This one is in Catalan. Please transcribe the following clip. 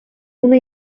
una